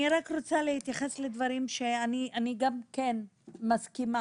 אני רק רוצה להתייחס לדברים שאני גם כן מסכימה,